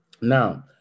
Now